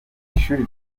ishuri